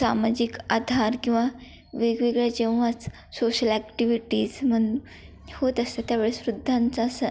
सामाजिक आधार किंवा वेगवेगळ्या जेव्हाच सोशल ॲक्टिव्हिटीज म्हणू होत असतात त्यावेळेस वृद्धांचा स